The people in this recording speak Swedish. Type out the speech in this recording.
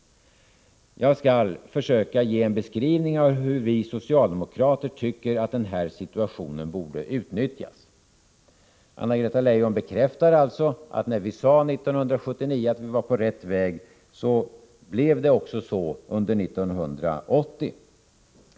Jag skall försöka ge en beskrivning av hur vi socialdemokrater tycker att den här situationen borde utnyttjas. Anna-Greta Leijon bekräftade alltså att det var riktigt som vi sade 1979, nämligen att vi var på rätt väg, och att det blev en förbättring 1980.